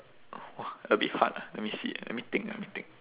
!wah! a bit hard ah let me see let me think let me think